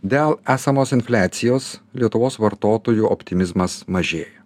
dėl esamos infliacijos lietuvos vartotojų optimizmas mažėja